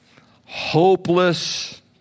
hopeless